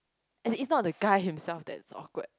and it's not the guy himself that is awkward